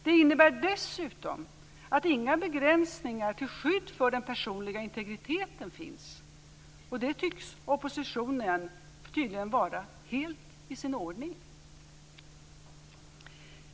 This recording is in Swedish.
Det innebär dessutom att inga begränsningar till skydd för den personliga integriteten finns, och det tycker oppositionen tydligen är helt i sin ordning.